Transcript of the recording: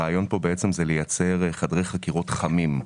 הרעיון פה זה לייצר חדרי חקירות חמים.